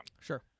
Sure